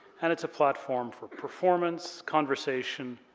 and it's a platform for performance, conversation,